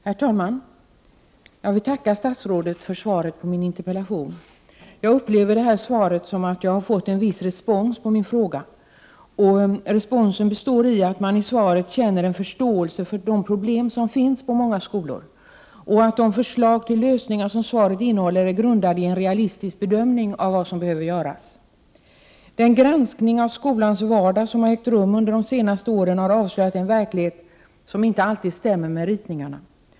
Herr talman! Jag vill tacka statsrådet för svaret på min interpellation. Jag upplever detta svar såsom att jag har fått en viss respons på min fråga. Responsen består i att man att döma av svaret tycks ha förståelse för de problem som finns på många skolor och att de förslag till lösningar som svaret innehåller är grundade på en realistisk bedömning av vad som behöver göras. Den granskning av skolans vardag som har ägt rum under de senaste åren har avslöjat en verklighet som inte alltid stämmer med ritningarna.